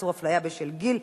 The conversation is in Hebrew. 21) (איסור הפליה בשל גיל),